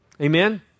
Amen